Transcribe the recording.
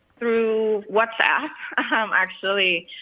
through whatsapp um actually,